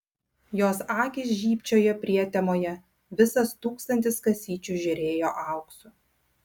jos akys žybčiojo prietemoje visas tūkstantis kasyčių žėrėjo auksu